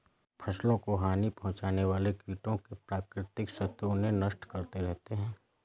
फसलों को हानि पहुँचाने वाले कीटों के प्राकृतिक शत्रु उन्हें नष्ट करते रहते हैं